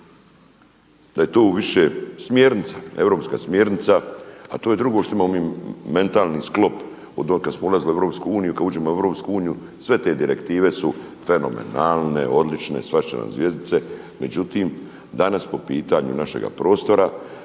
Da je to više smjernica, europska smjernica, a to je drugo što imamo mi mentalni sklop …/Govornik se ne razumije./… Europsku uniju, kad uđemo u Europsku uniju sve te direktive su fenomenalne, odlične, … /Govornik se ne razumije./… Međutim, danas po pitanju našega prostora,